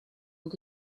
and